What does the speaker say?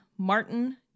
martin